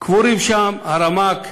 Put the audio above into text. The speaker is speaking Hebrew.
קבורים שם הרמ"ק,